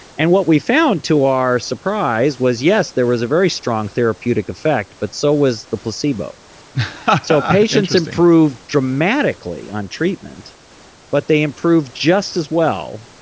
and what we found to our surprise was yes, there was a very strong therapeutic effect but so was the placebo interesting so patients improved dramatically on treatment but they improved just as well